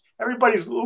Everybody's